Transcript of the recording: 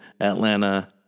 Atlanta